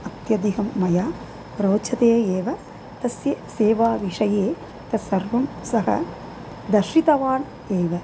अत्यधिकं मया रोचते एव तस्य सेवाविषये तत्सर्वं सः दर्शितवान् एव